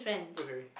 okay